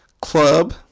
club